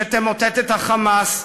שתמוטט את ה"חמאס",